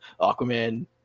Aquaman